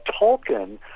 Tolkien